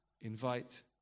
invite